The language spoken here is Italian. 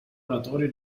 oratorio